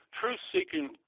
truth-seeking